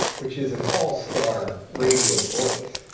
which is an all-star radio voice,